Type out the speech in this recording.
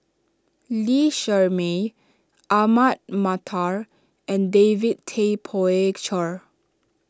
Lee Shermay Ahmad Mattar and David Tay Poey Cher